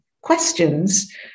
questions